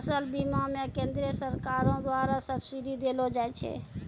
फसल बीमा मे केंद्रीय सरकारो द्वारा सब्सिडी देलो जाय छै